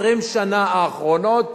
ב-20 השנים האחרונות